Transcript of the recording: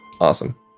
Awesome